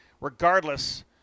regardless